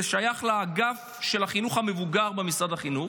זה שייך לאגף של החינוך למבוגרים במשרד החינוך.